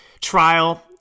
trial